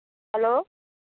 hello